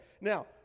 Now